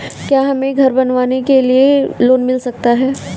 क्या हमें घर बनवाने के लिए लोन मिल सकता है?